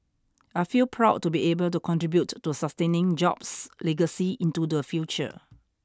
I feel proud to be able to contribute to sustaining Jobs' legacy into the future